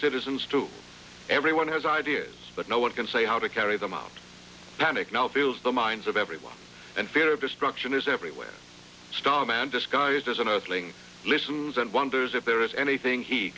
citizens to everyone who has ideas but no one can say how to carry them out panic no feels the minds of everyone and fear of destruction is everywhere stop man disguised as an earthling listen and wonders if there is anything he